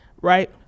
right